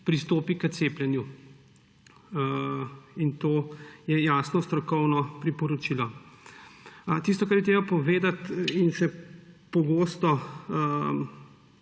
pristopi k cepljenju. To je jasno strokovno priporočilo. Tisto, kar je treba povedati in še pogosto